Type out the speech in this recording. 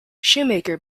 schumacher